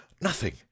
Nothing